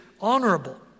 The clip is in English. honorable